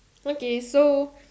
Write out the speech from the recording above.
okay so